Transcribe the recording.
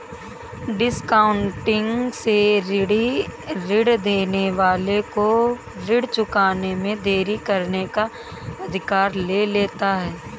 discounting से ऋणी ऋण देने वाले को ऋण चुकाने में देरी करने का अधिकार ले लेता है